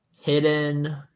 hidden